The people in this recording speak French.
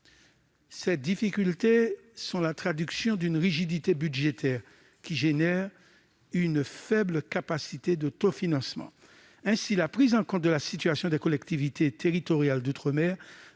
Ces difficultés sont la traduction d'une rigidité budgétaire qui entraîne une faible capacité d'autofinancement. Ainsi, la prise en compte de la situation des collectivités territoriales d'outre-mer